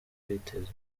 kwiteza